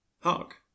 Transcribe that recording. hark